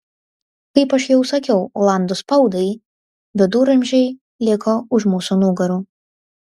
kaip aš jau sakiau olandų spaudai viduramžiai liko už mūsų nugarų